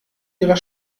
ihrer